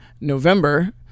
November